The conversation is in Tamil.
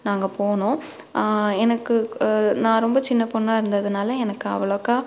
நாங்கள் போனோம் எனக்கு நா ரொம்ப சின்ன பொண்ணாக இருந்ததுனால் எனக்கு அவ்வளோக்கா